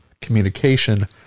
communication